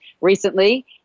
recently